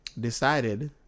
decided